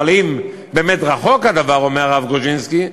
"אבל אם באמת רחוק הדבר" אומר הרב גרודזנסקי,